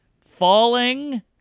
Falling